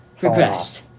regressed